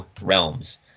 realms